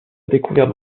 découverte